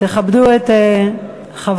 תכבדו את חברכם.